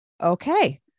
Okay